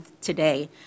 today